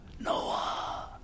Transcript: Noah